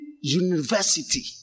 university